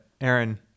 Aaron